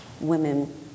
women